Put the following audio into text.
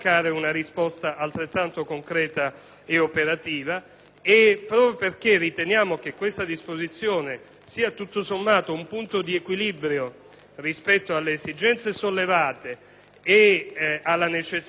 Proprio perché riteniamo che questa disposizione sia tutto sommato un punto di equilibrio rispetto alle esigenze sollevate e alla necessità di non gravare ulteriormente sull'autorità giudiziaria,